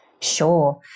Sure